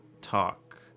talk